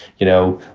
you know,